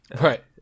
right